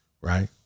right